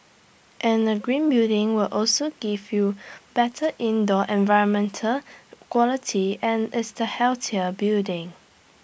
and A green building will also give you better indoor environmental quality and is the healthier building